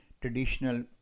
traditional